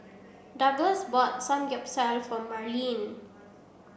Douglass bought Samgeyopsal for Marleen